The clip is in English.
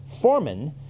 foreman